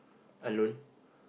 alone